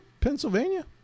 Pennsylvania